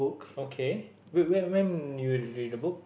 okay wait when when did you read the book